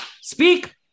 Speak